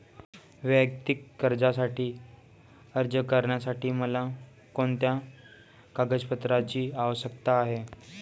वैयक्तिक कर्जासाठी अर्ज करण्यासाठी मला कोणत्या कागदपत्रांची आवश्यकता आहे?